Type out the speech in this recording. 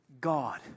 God